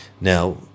Now